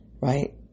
right